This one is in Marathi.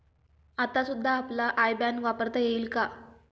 आता सुद्धा आपला आय बॅन वापरता येईल का?